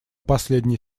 последней